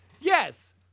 Yes